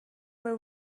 were